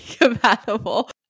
compatible